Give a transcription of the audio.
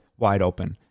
wideopen